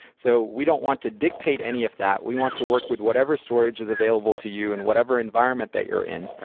so we don't want to dictate any of that. we want to work with whatever storage is available to you in whatever environment that you're in. right.